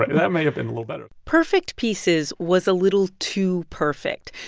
that may have been a little better perfect pieces was a little too perfect.